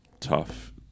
tough